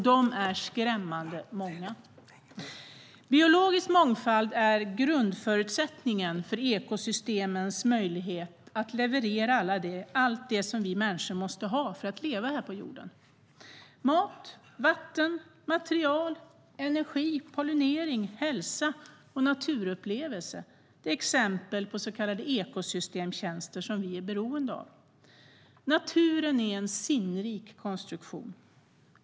De är skrämmande många. Naturen är en sinnrik konstruktion.